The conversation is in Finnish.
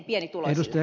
herra puhemies